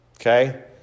Okay